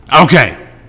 Okay